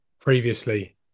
previously